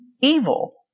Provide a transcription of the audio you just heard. evil